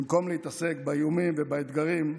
במקום להתעסק באיומים ובאתגרים,